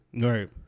Right